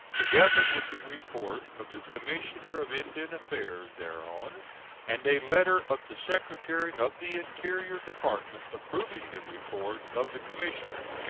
together with the report of the commissioner of indian affairs thereon and a letter of the secretary of the interior department approving the report of the commissioner.